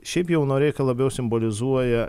šiaip jau noreika labiau simbolizuoja